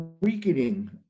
weakening